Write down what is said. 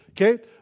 okay